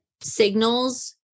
signals